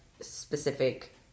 specific